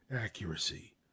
accuracy